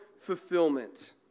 fulfillment